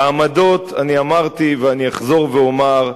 בעמדות, אני אמרתי, ואני אחזור ואומר: